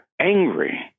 angry